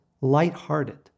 lighthearted